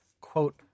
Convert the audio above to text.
quote